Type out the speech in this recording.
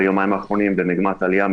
וביומיים האחרונים במגמת עלייה.